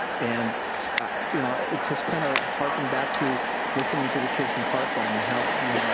and you know, it just kind of hearken back to listening to the kids from parkland and how.